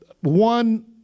one